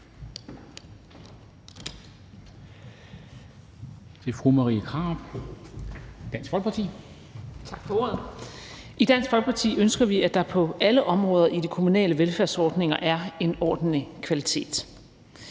I Dansk Folkeparti ønsker vi, at der på alle områder i de kommunale velfærdsordninger er en ordentlig kvalitet,